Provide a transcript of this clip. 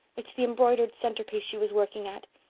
it's the embroidered centerpiece she was working at.